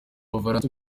bufaransa